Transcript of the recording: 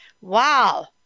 Wow